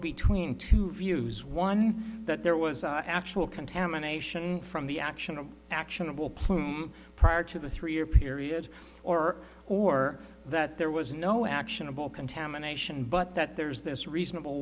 between two views one that there was actual contamination from the action of actionable plume prior to the three year period or or that there was no actionable contamination but that there's this reasonable